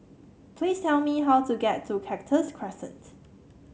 please tell me how to get to Cactus Crescent